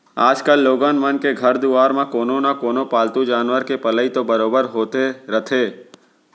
आजकाल लोगन मन के घर दुवार म कोनो न कोनो पालतू जानवर के पलई तो बरोबर होते रथे